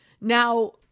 Now